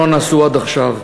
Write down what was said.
שלא נעשו עד עכשיו.